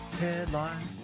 Headlines